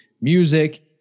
music